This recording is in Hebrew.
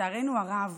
לצערנו הרב,